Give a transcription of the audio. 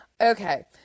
Okay